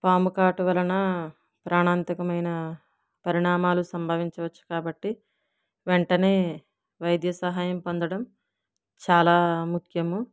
పాము కాటు వలన ప్రాణాంతకమైన పరిణామాలు సంభవించవచ్చు కాబట్టి వెంటనే వైద్య సహాయం పొందడం చాలా ముఖ్యము